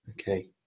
Okay